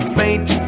faint